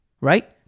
Right